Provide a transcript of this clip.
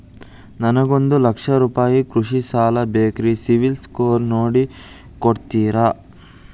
ನನಗೊಂದ ಲಕ್ಷ ರೂಪಾಯಿ ಕೃಷಿ ಸಾಲ ಬೇಕ್ರಿ ಸಿಬಿಲ್ ಸ್ಕೋರ್ ನೋಡಿ ಕೊಡ್ತೇರಿ?